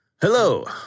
Hello